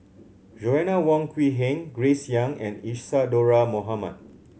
Joanna Wong Quee Heng Grace Young and Isadhora Mohamed